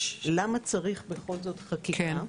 למה בכל זאת צריך חקיקה?